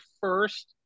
first